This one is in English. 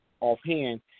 offhand